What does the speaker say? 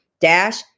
Dash